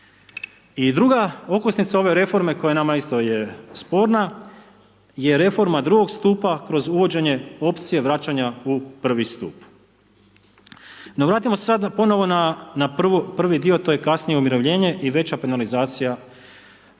I druga okosnica ove reforme koja je nama, isto nam je sporna, je reforma drugog stupa kroz uvođenje opcije vraćanja u prvi stup. No, vratimo se sad ponovo na prvi dio, to je kasnije umirovljenje i veća penalizacija